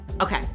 Okay